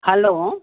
hello